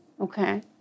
Okay